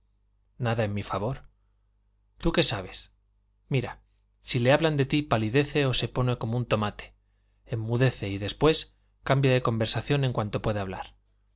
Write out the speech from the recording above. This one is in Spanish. nada en mi favor tú qué sabes mira si le hablan de ti palidece o se pone como un tomate enmudece y después cambia de conversación en cuanto puede hablar